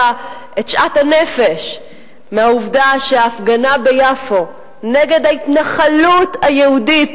את שאט הנפש מהעובדה שההפגנה ביפו נגד ההתנחלות היהודית,